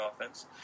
offense